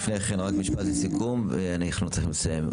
רק משפט לסיכום, אנחנו צריכים לסיים.